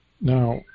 Now